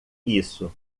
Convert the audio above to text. isso